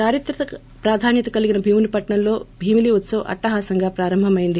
దారిత్రక ప్రాధాన్వత కలిగిన భీమునిపట్సం లో భీమిలి ఉత్సవ్ అట్లహాసంగా ప్రారంభమెంది